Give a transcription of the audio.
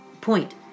point